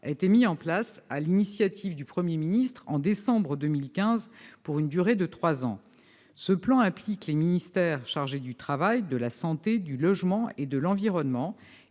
a été mis en place sur l'initiative du Premier ministre, en décembre 2015, pour une durée de trois ans. Ce plan implique les ministères chargés du travail, de la santé, du logement et de l'environnement,